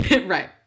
Right